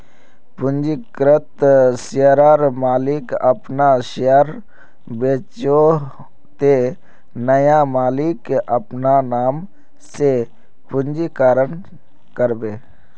पंजीकृत शेयरर मालिक अपना शेयर बेचोह ते नया मालिक अपना नाम से पंजीकरण करबे